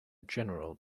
general